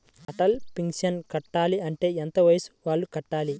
Atal pension కట్టాలి అంటే ఎంత వయసు వాళ్ళు కట్టాలి?